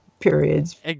periods